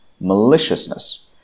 maliciousness